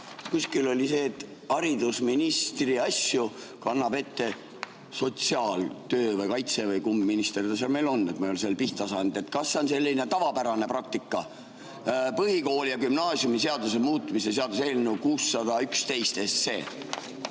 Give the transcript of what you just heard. kuskil oli see, et haridusministri asju kannab ette sotsiaal‑, töö‑ või kaitse‑ või kumb minister ta seal meil on, ma ei ole sellele pihta saanud. Kas see on selline tavapärane praktika? Põhikooli‑ ja gümnaasiumiseaduse muutmise seaduse eelnõu 611. Jaa,